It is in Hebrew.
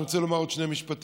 אני רוצה לומר עוד שני משפטים: